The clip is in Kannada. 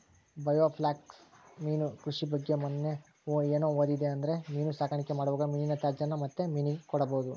ಬಾಯೋಫ್ಲ್ಯಾಕ್ ಮೀನು ಕೃಷಿ ಬಗ್ಗೆ ಮನ್ನೆ ಏನು ಓದಿದೆ ಅಂದ್ರೆ ಮೀನು ಸಾಕಾಣಿಕೆ ಮಾಡುವಾಗ ಮೀನಿನ ತ್ಯಾಜ್ಯನ ಮತ್ತೆ ಮೀನಿಗೆ ಕೊಡಬಹುದು